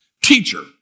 Teacher